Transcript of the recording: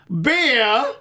beer